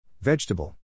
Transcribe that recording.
Vegetable